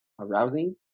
arousing